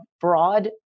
broad